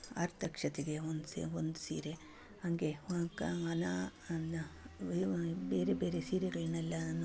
ಆರತಕ್ಷತೆಗೆ ಒಂದು ಸಿ ಒಂದು ಸೀರೆ ಹಂಗೆ ಬೇರೆ ಬೇರೆ ಸೀರೆಗಳನ್ನೆಲ್ಲನೂ